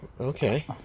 Okay